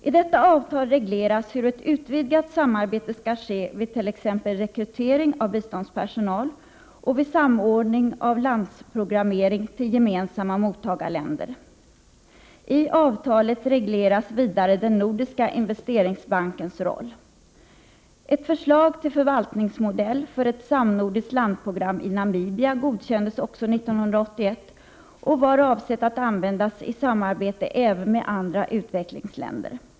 I detta avtal regleras hur ett utvidgat samarbete skall ske vid t.ex. rekrytering av biståndspersonal och vid samordning av landsprogrammering till gemensam 49 ma mottagarländer. I avtalet regleras vidare den Nordiska investeringsbankens roll. Ett förslag till förvaltningsmodell för ett samnordiskt landprogram i Namibia godkändes också 1981 och var avsett att användas i samarbete även med andra utvecklingsländer.